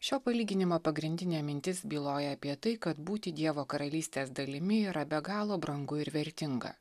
šio palyginimo pagrindinė mintis byloja apie tai kad būti dievo karalystės dalimi yra be galo brangu ir vertinga